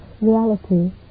reality